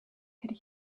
could